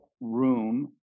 room